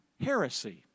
heresy